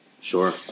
Sure